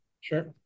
Sure